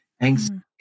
anxiety